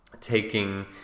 taking